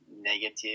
negative